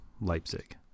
Leipzig